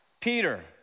Peter